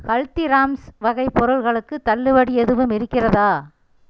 ஹல்திராம்ஸ் வகை பொருட்களுக்கு தள்ளுபடி எதுவும் இருக்கிறதா